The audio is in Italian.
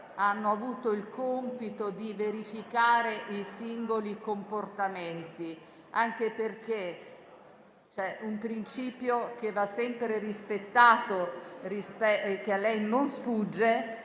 hanno avuto il compito di verificare i singoli comportamenti. Anche perché c'è un principio che va sempre rispettato, che a lei non sfugge,